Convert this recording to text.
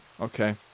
Okay